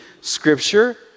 Scripture